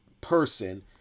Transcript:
person